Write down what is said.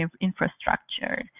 infrastructure